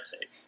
take